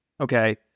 okay